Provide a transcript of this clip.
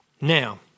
Now